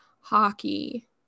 hockey